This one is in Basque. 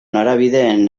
norabideen